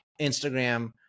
Instagram